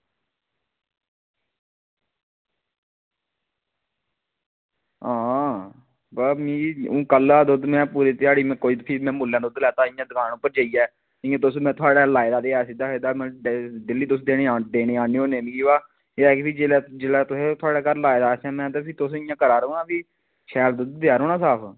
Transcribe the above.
हां बा मिगी हून कल्ला दुद्ध में पूरे ध्याड़ी में कोई मुल्लें दुद्ध लैता इ'यां दकान उप्पर जाइयै इ'यां में तुस थुआढ़े लाए दा ते ऐ सिद्धा सिद्धा में डेली तुस देने आने होन्ने मिगी अवा एह् ऐ कि जेल्लै जेल्लै तुसें थुआढ़े घर लाए दा असें में ते तुस इ'यां फ्ही करा करो हां भी शैल दुद्ध देआ करो ना साफ